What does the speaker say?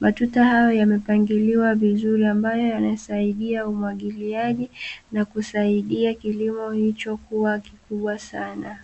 matuta hayo yamepangiliwa vizuri, ambayo yanasaidia umwagiliaji na kusaidia kilimo hicho kuwa kikubwa sana.